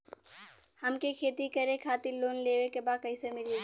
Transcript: हमके खेती करे खातिर लोन लेवे के बा कइसे मिली?